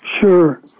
sure